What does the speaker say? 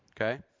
Okay